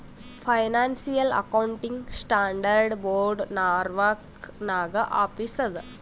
financial accounting standard board Norwalk ನಾಗ್ office ಅದಾ